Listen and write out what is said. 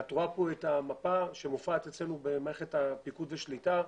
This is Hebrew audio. את רואה כאן את המפה שמופיעה אצלנו במערכת פיקוד ושליטה.